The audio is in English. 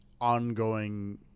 ongoing